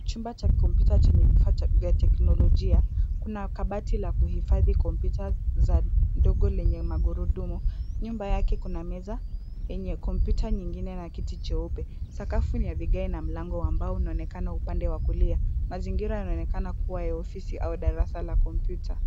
Chumba cha kompyuta chenye vifaa vya teknolojia. Kuna kabati la kuhifadhi computers za ndogo lenye magurudumu. Nyuma yake kuna meza yenye kompyuta nyingine na kiti cheupe. Sakafu ni ya vigae na mlango wa mbao unaonekana upande wa kulia. Mazingira yanaonekana kuwa ya ofisi au darasa la kompyuta.